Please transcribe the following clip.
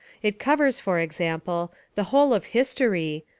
it covers, for example, the whole of history,